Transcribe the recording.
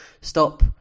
stop